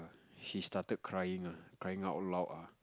she started crying ah crying out loud ah